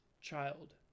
child